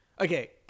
Okay